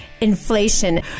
inflation